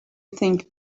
think